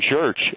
church